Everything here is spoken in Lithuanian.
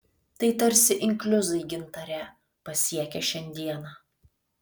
tai tarsi inkliuzai gintare pasiekę šiandieną